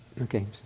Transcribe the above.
Okay